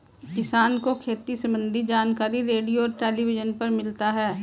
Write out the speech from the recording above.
किसान को खेती सम्बन्धी जानकारी रेडियो और टेलीविज़न पर मिलता है